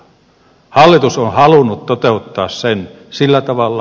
hallitus on halunnut toteuttaa sen sillä tavalla